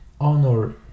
honor